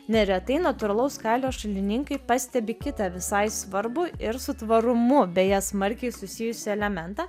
neretai natūralaus kailio šalininkai pastebi kitą visai svarbų ir su tvarumu beje smarkiai susijusį elementą